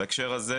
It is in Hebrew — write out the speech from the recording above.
בהקשר הזה,